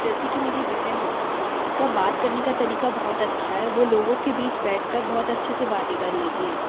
जैसे की मेरी बहन है उसका बात करने का तरीका बहुत अच्छा है वो लोगों के बीच बैठकर बहुत अच्छे से बातें कर लेती है